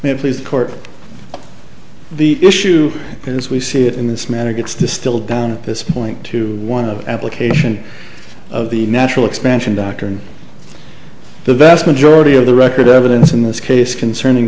face court the issue because we see it in this matter gets distilled down at this point to one of the application of the natural expansion doctrine the vast majority of the record evidence in this case concerning